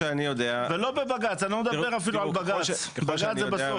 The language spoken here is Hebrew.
אני אפילו לא מדבר על בג"צ, בג"צ זה בסוף.